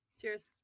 Cheers